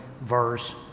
verse